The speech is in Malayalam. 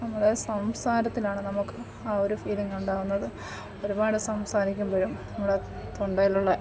നമ്മളെ സംസാരത്തിലാണ് നമുക്ക് ആ ഒരു ഫീലിങ്ങുണ്ടാവുന്നത് ഒരുപാട് സംസാരിക്കുമ്പോഴും നമ്മുടെ തൊണ്ടയിലുള്ള